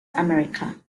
america